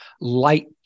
light